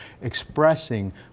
expressing